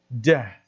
death